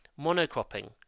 Monocropping